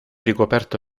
ricoperto